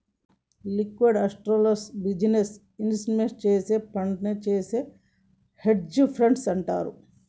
liquid అసెట్స్లో business investment చేసే ఫండునే చేసే హెడ్జ్ ఫండ్ అంటారు